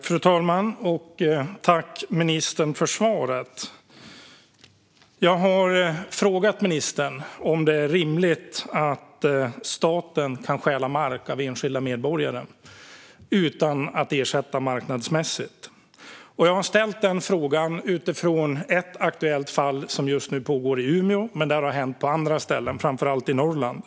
Fru talman! Jag vill tacka ministern för svaret. Jag har frågat ministern om det är rimligt att staten kan stjäla mark av enskilda medborgare utan att ge marknadsmässig ersättning. Jag har ställt frågan utifrån ett fall som just nu pågår i Umeå. Men det här har hänt på andra ställen, framför allt i Norrland.